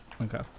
Okay